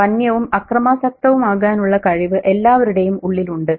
വന്യവും അക്രമാസക്തവുമാകാനുള്ള കഴിവ് എല്ലാവരുടെയും ഉള്ളിലുണ്ട്